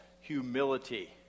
humility